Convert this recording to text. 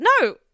No